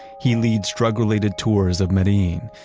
he leads drug related tours of medellin,